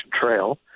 Trail